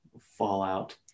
fallout